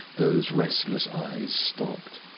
those restless eyes stopped,